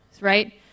right